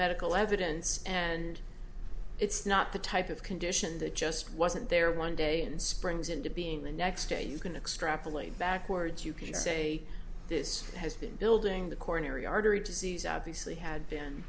medical evidence and it's not the type of condition that just wasn't there one day and springs into being the next day you can extrapolate backwards you can say this has been building the coronary artery disease obviously had been